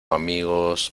amigos